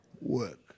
work